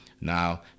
Now